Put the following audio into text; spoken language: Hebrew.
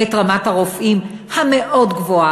וברמת הרופאים המאוד-גבוהה,